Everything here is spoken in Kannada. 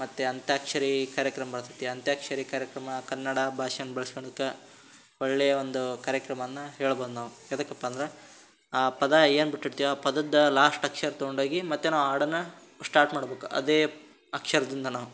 ಮತ್ತು ಅಂತ್ಯಾಕ್ಷರಿ ಕಾರ್ಯಕ್ರಮ ಬರ್ತದೆ ಅಂತ್ಯಾಕ್ಷರಿ ಕಾರ್ಯಕ್ರಮ ಕನ್ನಡ ಭಾಷೆಯನ್ ಬಳಸ್ಕೊಳೋಕೆ ಒಳ್ಳೆಯ ಒಂದು ಕಾರ್ಯಕ್ರಮವನ್ನು ಹೇಳ್ಬೋದು ನಾವು ಯಾವ್ದಕ್ಕಪ್ಪ ಅಂದ್ರೆ ಆ ಪದ ಏನು ಬಿಟ್ಟಿರ್ತಿವಿ ಆ ಪದದ ಲಾಶ್ಟ್ ಅಕ್ಷರ ತಗೊಂಡೋಗಿ ಮತ್ತು ನಾವು ಹಾಡನ್ನು ಸ್ಟಾಟ್ ಮಾಡಬೇಕು ಅದೇ ಅಕ್ಷರದಿಂದಲೇ